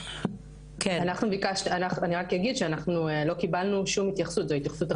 אנחנו ביקשנו ואני רק אגיד שאנחנו לא קיבלנו שום התייחסות,